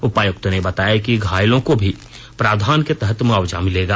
उपायुक्त ने बताया कि घायलों को भी प्रावधान के तहत मुआवजा मिलेगा